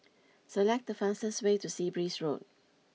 select the fastest way to Sea Breeze Road